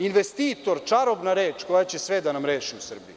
Investitor, čarobna reč koja će sve da nam reši u Srbiji.